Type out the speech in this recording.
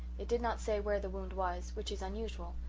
it did not say where the wound was, which is unusual,